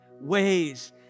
Ways